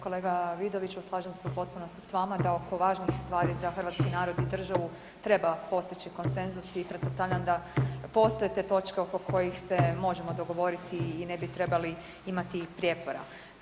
Kolega Vidoviću slažem se u potpunosti s vama da oko važnih stvari za hrvatski narod i državu treba postići konsenzus i pretpostavljam da postoje te točke oko kojih se možemo dogovoriti i ne bi trebali imati prijepora.